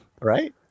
Right